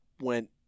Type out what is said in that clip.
went